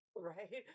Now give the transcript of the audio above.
Right